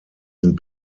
sind